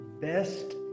best